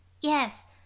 Yes